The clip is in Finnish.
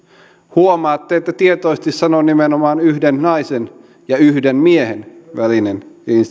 huomaatte että tietoisesti sanon nimenomaan yhden naisen ja yhden miehen välinen